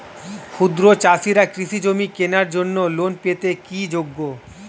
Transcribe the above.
ক্ষুদ্র চাষিরা কৃষিজমি কেনার জন্য লোন পেতে কি যোগ্য?